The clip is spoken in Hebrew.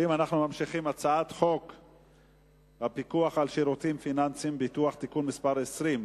אני קובע שחוק יסודות התקציב (תיקון מס' 36),